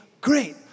great